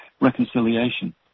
reconciliation